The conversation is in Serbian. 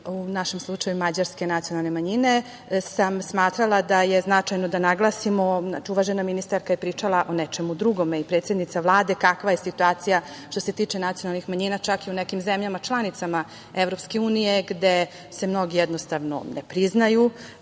u našem slučaju mađarske nacionalne manjine sam smatrala da je značajno da naglasimo, uvažena ministarka je pričala o nečemu drugom i predsednica Vlade, kakva je situacija što se tiče nacionalnih manjina, čak i u nekim zemljama članicama EU gde se mnogi jednostavno ne priznaju